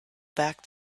back